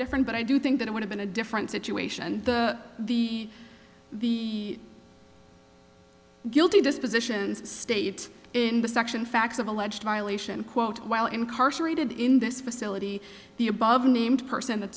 different but i do think that it would've been a different situation the the guilty dispositions state in the section facts of alleged violation quote while incarcerated in this facility the above named per